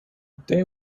they